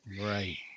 Right